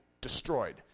destroyed